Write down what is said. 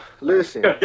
listen